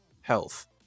health